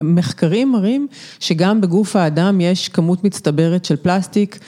מחקרים מראים שגם בגוף האדם יש כמות מצטברת של פלסטיק.